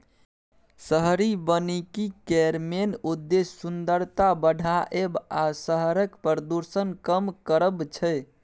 शहरी बनिकी केर मेन उद्देश्य सुंदरता बढ़ाएब आ शहरक प्रदुषण कम करब छै